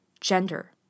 gender